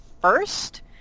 first